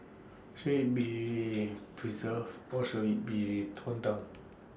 should IT be preserved or should IT be torn down